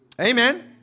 amen